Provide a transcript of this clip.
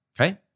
Okay